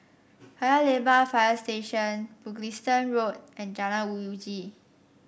Paya Lebar Fire Station Mugliston Road and Jalan Uji